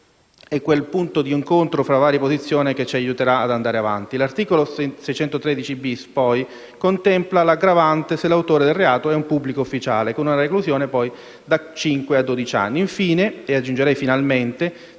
è quel punto d'incontro tra varie posizioni che ci aiuterà ad andare avanti. L'articolo 613-*bis*, poi, contempla l'aggravante se l'autore del reato è un pubblico ufficiale, con una reclusione da cinque a dodici anni. Infine (aggiungerei finalmente),